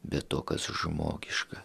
be to kas žmogiška